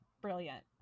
brilliant